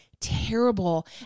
terrible